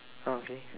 oh okay